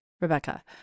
Rebecca